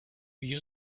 you